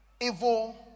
evil